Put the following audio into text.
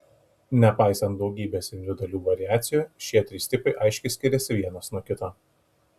nepaisant daugybės individualių variacijų šie trys tipai aiškiai skiriasi vienas nuo kito